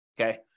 Okay